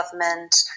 government